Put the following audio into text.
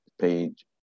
page